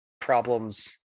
problems